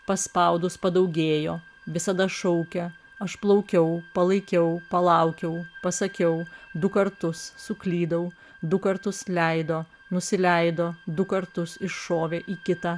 paspaudus padaugėjo visada šaukia aš plaukiau palaikiau palaukiau pasakiau du kartus suklydau du kartus leido nusileido du kartus iššovė į kitą